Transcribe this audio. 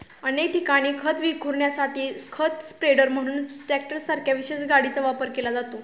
अनेक ठिकाणी खत विखुरण्यासाठी खत स्प्रेडर म्हणून ट्रॅक्टरसारख्या विशेष गाडीचा वापर केला जातो